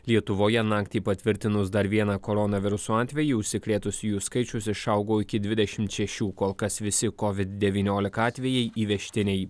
lietuvoje naktį patvirtinus dar vieną koronaviruso atvejį užsikrėtusiųjų skaičius išaugo iki dvidešimt šešių kol kas visi covid devyniolika atvejai įvežtiniai